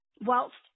Whilst